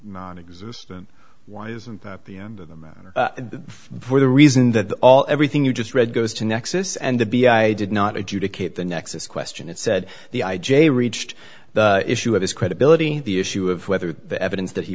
nonexistent why isn't the end of the matter for the reason that all everything you just read goes to nexus and the b i did not adjudicate the nexus question it said the i j a reached the issue of his credibility the issue of whether the evidence that he